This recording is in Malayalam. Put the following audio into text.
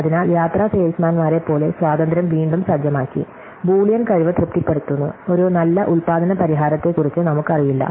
അതിനാൽ യാത്രാ സെയിൽസ്മാൻമാരെപ്പോലെ സ്വാതന്ത്ര്യം വീണ്ടും സജ്ജമാക്കി ബൂളിയൻ കഴിവ് തൃപ്തിപ്പെടുത്തുന്നു ഒരു നല്ല ഉൽപാദന പരിഹാരത്തെക്കുറിച്ച് നമുക്കറിയില്ല